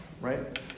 right